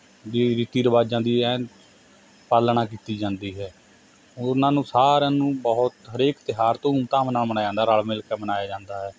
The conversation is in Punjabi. ਦੀ ਰੀਤੀ ਰਿਵਾਜਾਂ ਦੀ ਐਨ ਪਾਲਣਾ ਕੀਤੀ ਜਾਂਦੀ ਹੈ ਉਹਨਾਂ ਨੂੰ ਸਾਰਿਆਂ ਨੂੰ ਬਹੁਤ ਹਰੇਕ ਤਿਉਹਾਰ ਧੂਮ ਧਾਮ ਨਾਲ ਮਨਾਇਆ ਜਾਂਦਾ ਰਲ ਮਿਲਕੇ ਮਨਾਇਆ ਜਾਂਦਾ ਹੈ